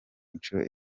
inshuro